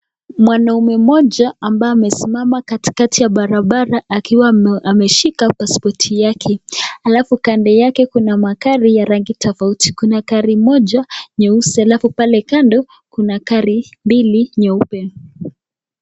Mwanaume mmoja ambaye amesimama katikati ya barabara akiwa ameshika paspoti yake. Alafu kando yake kuna magari ya rangi tofauti. Kuna gari moja nyeusi alafu pale kando kuna gari mbili nyeupe.